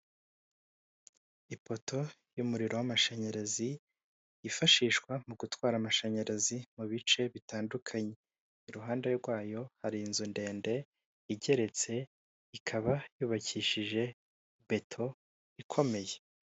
Ipoto y'umuriro w'amashanyarazi yifashishwa mu gutwara amashanyarazi mu bice bitandukanye, iruhande rwayo hari inzu ndende igeretse ikaba yubakishije beto ikomeye.